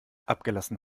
abgelassen